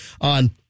on